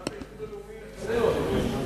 סיעת האיחוד הלאומי לפנינו, אדוני היושב-ראש.